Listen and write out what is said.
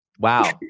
Wow